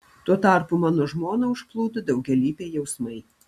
tuo tarpu mano žmoną užplūdo daugialypiai jausmai